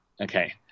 Okay